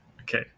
Okay